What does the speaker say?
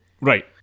Right